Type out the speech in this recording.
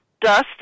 dust